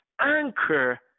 anchor